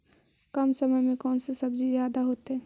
कम समय में कौन से सब्जी ज्यादा होतेई?